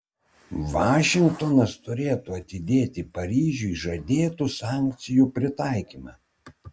vašingtonas turėtų atidėti paryžiui žadėtų sankcijų pritaikymą